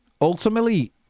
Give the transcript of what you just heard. ultimately